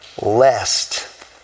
lest